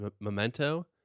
Memento